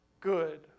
good